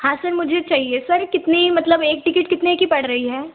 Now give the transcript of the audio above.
हाँ सर मुझे चाहिए सर कितनी मतलब एक टिकेट कितने की पड़ रही है